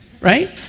Right